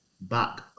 back